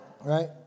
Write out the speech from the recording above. right